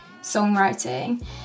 songwriting